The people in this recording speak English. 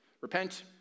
repent